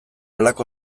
halako